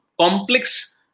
complex